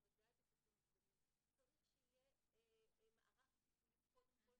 בוודאי בסיכון אובדני צריך שיהיה מערך טיפולי קודם